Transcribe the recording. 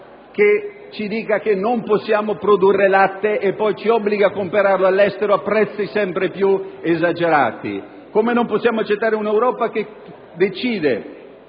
che ci dica che non possiamo produrre latte e poi ci obbliga a comperarlo all'estero a prezzi sempre più esagerati; come non possiamo accettare un'Europa che decide